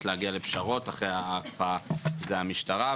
להגיע לפשרות אחרי ההקפאה זה המשטרה.